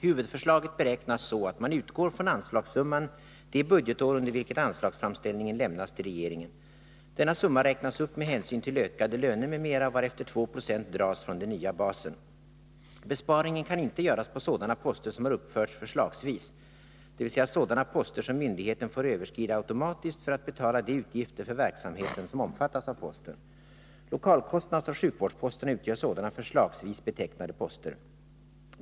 Huvudförslaget beräknas så att man utgår från anslagssumman det budgetår under vilket anslagsframställningen lämnas till regeringen. Denna summa räknas upp med hänsyn till ökade löner m.m., varefter 2 90 dras från den nya basen. Besparingen kan inte göras på sådana poster som har uppförts förslagsvis, dvs. sådana poster som myndigheten får överskrida automatiskt för att betala de utgifter för verksamheten som omfattas av posten. Lokalkostnadsoch sjukvårdsposterna utgör sådana förslagsvis betecknade poster.